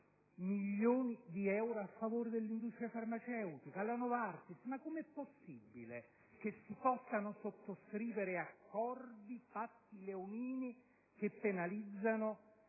milioni di euro a favore dell'industria farmaceutica Novartis. Mi chiedo come sia possibile che si possano sottoscrivere accordi, patti leonini, che penalizzano